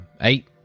Eight